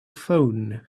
phone